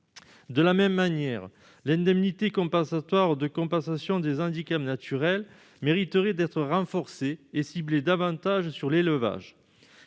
De la même manière, l'indemnité compensatoire de handicaps naturels (ICHN) mériterait d'être renforcée et ciblée davantage sur l'élevage.